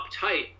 uptight